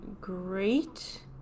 great